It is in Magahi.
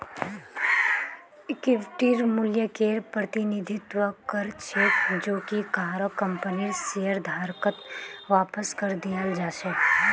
इक्विटीर मूल्यकेर प्रतिनिधित्व कर छेक जो कि काहरो कंपनीर शेयरधारकत वापस करे दियाल् जा छेक